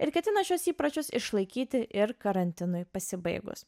ir ketina šiuos įpročius išlaikyti ir karantinui pasibaigus